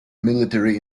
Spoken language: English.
military